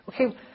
Okay